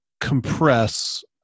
compress